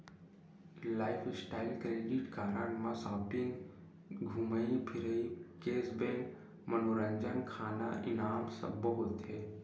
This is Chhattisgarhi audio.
लाईफस्टाइल क्रेडिट कारड म सॉपिंग, धूमई फिरई, केस बेंक, मनोरंजन, खाना, इनाम सब्बो होथे